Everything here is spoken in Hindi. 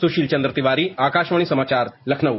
सुशील चन्द्र तिवारी आकाशवाणी समाचार लखनऊ